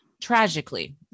Tragically